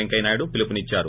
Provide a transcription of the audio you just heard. పెంకయ్య నాయుడు పిలుపు నిచ్చారు